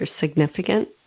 significant